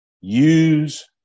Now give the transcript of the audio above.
Use